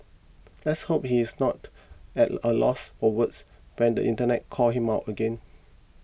let's hope he's not at a loss for words when the internet calls him out again